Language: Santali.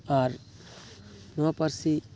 ᱟᱨ ᱱᱚᱣᱟ ᱯᱟᱹᱨᱥᱤ